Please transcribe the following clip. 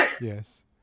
yes